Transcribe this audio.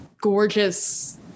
gorgeous